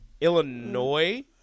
Illinois